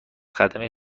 خدمه